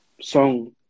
song